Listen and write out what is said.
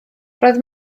roedd